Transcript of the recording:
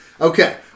Okay